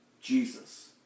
Jesus